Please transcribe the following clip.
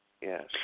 Yes